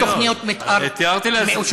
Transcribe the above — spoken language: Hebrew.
ואין תוכניות מתאר מאושרות,